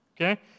okay